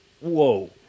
whoa